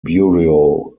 bureau